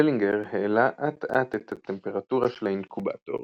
דלינגר העלה אט אט את הטמפרטורה של האינקובטור